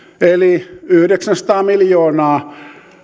eli yhdeksänsataa miljoonaa